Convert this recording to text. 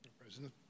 President